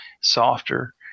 softer